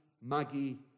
Maggie